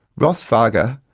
ross fargher,